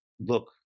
look